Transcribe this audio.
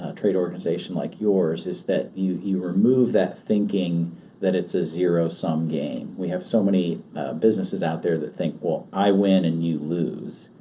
ah trade organization like yours is that you you remove that thinking that it's a zero sum game. we have so many businesses out there that think, well i win and you lose,